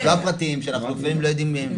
לא הפרטיים שאנחנו לפעמים לא יודעים מי ומה.